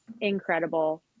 incredible